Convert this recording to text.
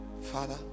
father